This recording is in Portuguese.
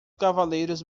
cavaleiros